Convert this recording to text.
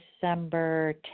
December